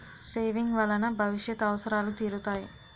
saving వలన భవిష్యత్ అవసరాలు తీరుతాయి